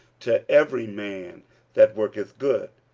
to every man that worketh good,